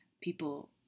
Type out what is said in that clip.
people